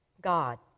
God